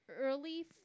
early